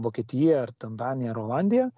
vokietija ar ten danija ar olandija